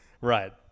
Right